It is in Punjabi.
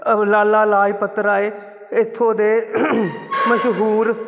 ਲਾਲਾ ਲਾਜਪਤ ਰਾਏ ਇੱਥੋਂ ਦੇ ਮਸ਼ਹੂਰ